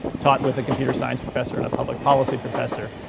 taught with a computer science professor and a public policy professor,